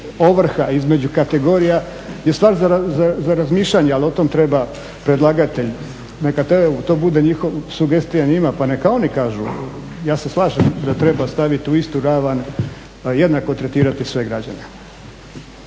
ovrha između kategorija je stvar za razmišljanje, ali o tome treba predlagatelj. Neka to bude sugestija njima, pa neka oni kažu. Ja se slažem da treba staviti u istu ravan jednako tretirati sve građane.